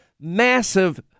massive